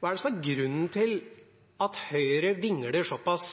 Hva er grunnen til at Høyre vingler såpass,